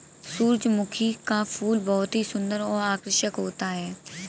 सुरजमुखी का फूल बहुत ही सुन्दर और आकर्षक होता है